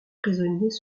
prisonniers